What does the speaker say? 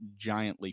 giantly